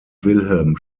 wilhelm